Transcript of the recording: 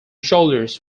shoulders